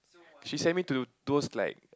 she sent me to those like